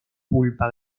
pulpa